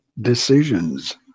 decisions